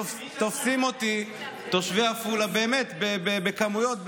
תופסים אותי תושבי עפולה, באמת, בכמויות,